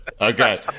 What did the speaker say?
Okay